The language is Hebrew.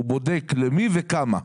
הוא בודק למי וכמה.